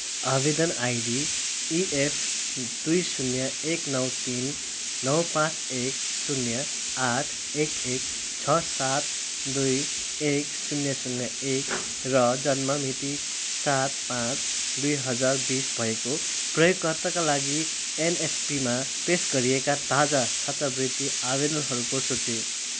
आवेदन ID EF दुई शून्य एक नौ तिन नौ पाँच एक शून्य आठ एक एक छ सात दुई एक शून्य शून्य एक र जन्म मिति सात पाँच दुई हजार बिस भएको भएको प्रयोगकर्ताका लागि एनएसपीमा पेस गरिएका ताजा छात्रवृत्ति आवेदनहरूको सूची